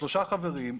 שלושה חודשים,